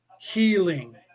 healing